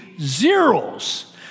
zeros